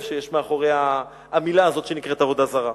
שיש מאחורי המלה הזאת שנקראת "עבודה זרה".